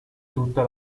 tutta